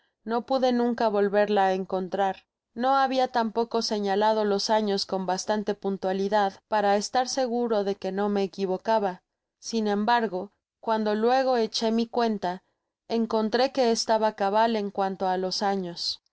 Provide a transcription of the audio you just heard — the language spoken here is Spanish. no pude nunca volverla á encontrar no habia tampoco señalado los años con bastante puntualidad para estar seguro de que no me equivocaba sin embargo cuando luego echó mi cuenta encontré que estaba cabal en cuanto á los años